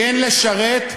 כן לשרת,